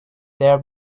their